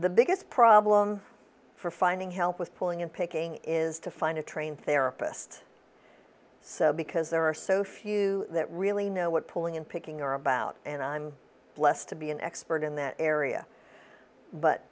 the biggest problem for finding help with pulling and picking is to find a trained therapist so because there are so few that really know what pulling in picking are about and i'm blessed to be an expert in that area but